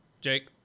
Jake